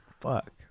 fuck